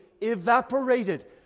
evaporated